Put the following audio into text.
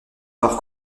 par